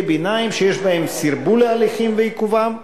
ביניים שיש בהם סרבול ההליכים ועיכובם,